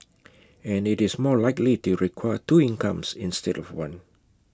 and IT is more likely to require two incomes instead of one